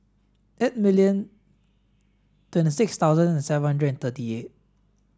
eight million twenty six thousand and seven hundred and thirty eight